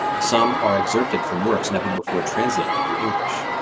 some are excerpted from works never before translated into english.